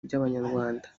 by’abanyarwanda